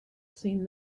seen